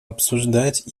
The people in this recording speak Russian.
обсуждать